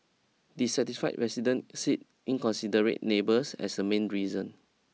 dissatisfied residents sit inconsiderate neighbours as a main reason